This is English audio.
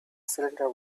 cylinder